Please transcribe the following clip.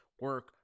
Work